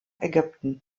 ägypten